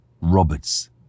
Roberts